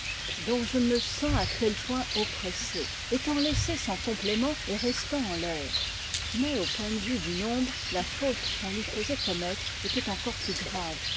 dont je me sens à tel point oppressée étant laissé sans complément et restant en l'air mais au point de vue du nombre la faute qu'on lui faisait commettre était encore plus grave